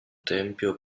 tempio